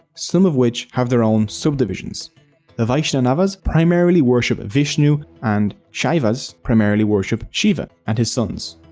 some of which have their own subdivisions ah vaishnavas primarily worship vishnu and shaivas primarily worship shiva and his sons.